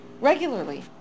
regularly